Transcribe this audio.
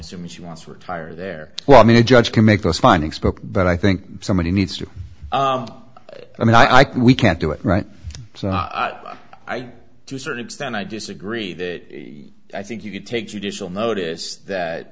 assuming she wants to retire there well i mean a judge can make those finding spoke but i think somebody needs to i mean i can we can't do it right so i do circuits then i disagree that i think you can take judicial notice that